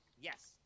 Yes